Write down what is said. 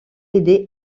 aider